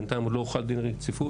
בינתיים עוד לא הוחל דין רציפות.